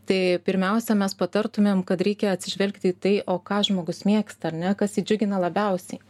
tai pirmiausia mes patartumėm kad reikia atsižvelgti į tai o ką žmogus mėgsta ar ne kas jį džiugina labiausiai